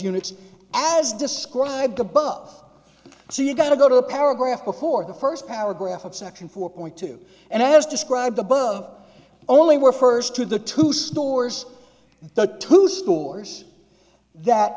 units as described above so you've got to go to a paragraph before the first paragraph of section four point two and as described above only were first to the two stores the two stores that